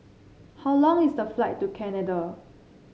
how long is the flight to Canada